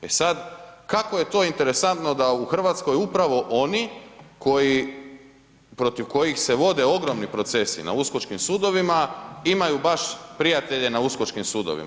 E sada, kako je to interesantno, da u Hrvatskoj upravo oni, protiv kojih se vode ogromni procesi na Uskočkim sudovima, imaju baš prijatelje na Uskočkim sudovima.